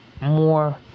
more